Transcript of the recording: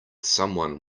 someone